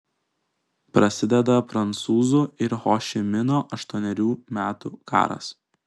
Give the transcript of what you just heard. prasideda prancūzų ir ho ši mino aštuonerių metų karas